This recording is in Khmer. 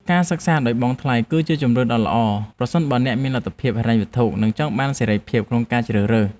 ការសិក្សាដោយបង់ថ្លៃគឺជាជម្រើសដ៏ល្អប្រសិនបើអ្នកមានលទ្ធភាពហិរញ្ញវត្ថុនិងចង់បានសេរីភាពក្នុងការជ្រើសរើស។